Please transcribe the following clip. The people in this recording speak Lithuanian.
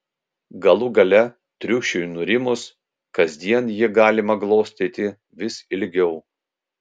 galų gale triušiui nurimus kasdien jį galima glostyti vis ilgiau